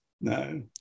No